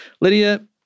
Lydia